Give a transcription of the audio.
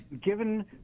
Given